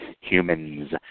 humans